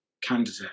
candidate